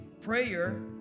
Prayer